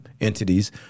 entities